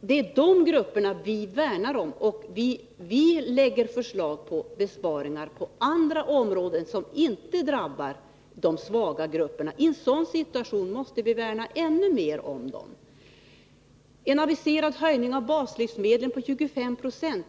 Det är dessa grupper vi värnar om. Vi lägger fram förslag till besparingar på andra områden, som inte drabbar de svaga grupperna. I en sådan här situation måste vi värna ännu mera om dem. Vi har nu en aviserad höjning av baslivsmedlen med 25 90.